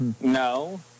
No